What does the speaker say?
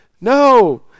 No